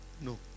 No